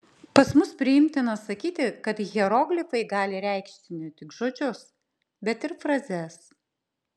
pas mus priimtina sakyti kad hieroglifai gali reikšti ne tik žodžius bet ir frazes